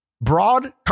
Broad